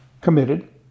committed